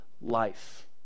life